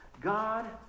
God